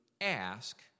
ask